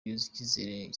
yizera